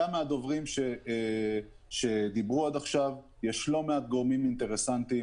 גם מהדוברים שדיברו עד עכשיו יש לא מעט גורמים אינטרסנטים.